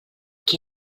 qui